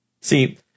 See